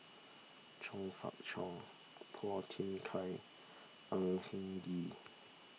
Chong Fah Cheong Phua Thin Kiay Au Hing Yee